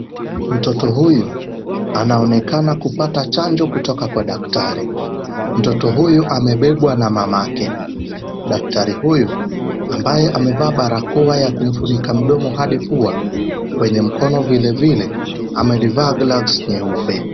Mtoto huyu anaonekana kupata chanjo kutoka kwa daktari. Mtoto huyu amebebwa na mamake. Daktari huyu ambaye amevaa barakoa ya kumfunika mdomo hadi pua, kwenye mkono vilevile, amelivaa gloves nyeupe.